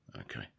Okay